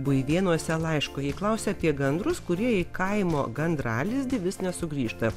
buidėnuose laiško ji klausia apie gandrus kurie į kaimo gandralizdį vis nesugrįžta